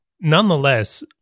nonetheless